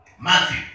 Matthew